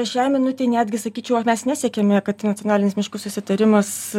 šią minutę netgi sakyčiau mes nesiekiame kad nacionalinis miškų susitarimas